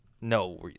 No